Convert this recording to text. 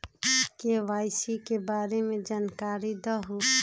KYC के बारे में जानकारी दहु?